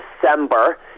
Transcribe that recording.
December